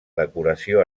decoració